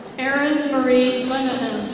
aaron marie lenniham.